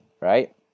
right